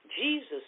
Jesus